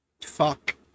fuck